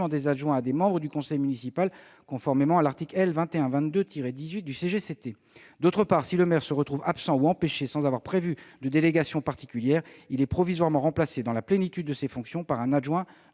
des adjoints, à des membres du conseil municipal, conformément à l'article L. 2122-18 du code général des collectivités territoriales. D'autre part, si le maire se retrouve absent ou empêché sans avoir prévu de délégation particulière, il est provisoirement remplacé, dans la plénitude de ses fonctions, par un adjoint